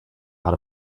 out